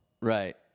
Right